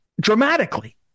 dramatically